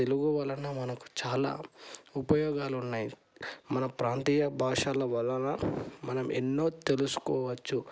తెలుగు వలన మనకు చాలా ఉపయోగాలున్నాయి మన ప్రాంతీయ భాషాల వలన మనం ఎన్నో తెలుసుకోవచ్చు